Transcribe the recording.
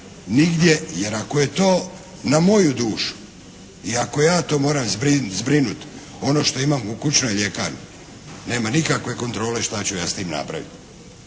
nigdje. Jer ako je to na moju dušu i ako ja to moram zbrinuti ono što imam u kućnoj ljekarni, nema nikakve kontrole šta ću ja s tim napraviti.